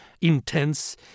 intense